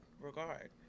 regard